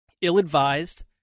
ill-advised